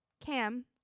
Cam